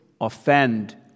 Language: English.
offend